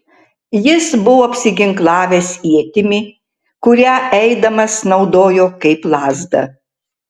jis buvo apsiginklavęs ietimi kurią eidamas naudojo kaip lazdą